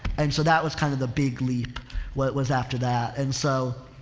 and so that was kind of the big leap when it was after that. and so,